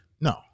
No